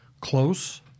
close